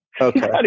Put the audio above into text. okay